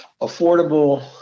affordable